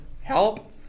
Help